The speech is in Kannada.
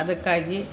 ಅದಕ್ಕಾಗಿ